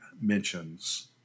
mentions